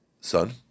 son